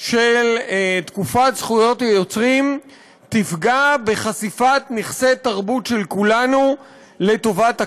של תקופת זכויות היוצרים תפגע בחשיפת נכסי תרבות של כולנו לטובת הכלל,